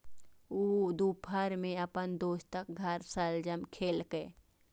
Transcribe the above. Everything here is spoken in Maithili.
ऊ दुपहर मे अपन दोस्तक घर शलजम खेलकै